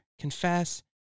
confess